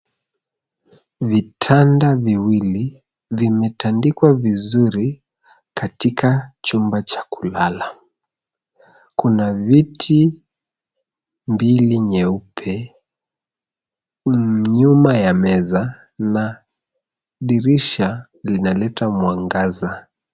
Vitanda viwili vimetandikwa vizuri katika chumba cha kulala. Kuna viti mbili nyeupe, nyuma ya meza na dirisha linaleta mwangaza.